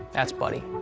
that's buddy.